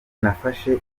nafashe